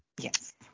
Yes